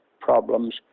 problems